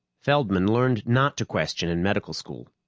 feldman learned not to question in medical school.